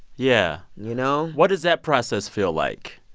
yeah you know? what does that process feel like?